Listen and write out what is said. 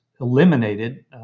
eliminated